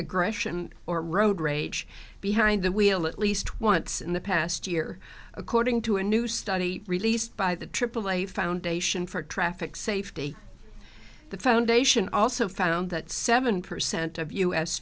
aggression or road rage behind the wheel at least once in the past year according to a new study released by the aaa foundation for traffic safety the foundation also found that seven percent of u